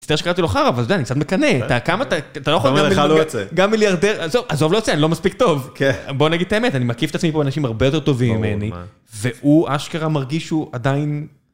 מצטער שקראתי לו חרא אבל די אני קצת מקנא, כמה אתה, אתה לא יכול גם לי להוצא. גם לי להוצא, עזוב, עזוב, לא יוצא, אני לא מספיק טוב. בואו נגיד את האמת, אני מקיף את עצמי פה אנשים הרבה יותר טובים ממני, והוא, אשכרה, מרגיש הוא עדיין...